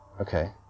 Okay